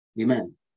Amen